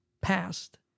past